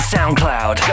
Soundcloud